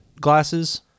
glasses